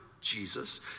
Jesus